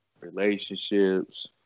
relationships